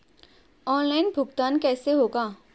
Online भुगतान कैसे होगा?